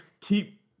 keep